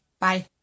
Bye